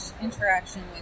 interaction